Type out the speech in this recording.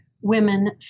women